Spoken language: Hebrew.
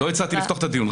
לא הצעתי לפתוח את הדיון.